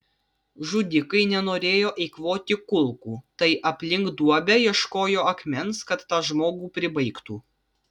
žudikai nenorėjo eikvoti kulkų tai aplink duobę ieškojo akmens kad tą žmogų pribaigtų